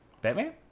Batman